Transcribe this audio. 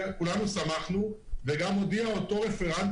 כולנו שמחנו וגם אותו רפרנט,